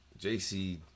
JC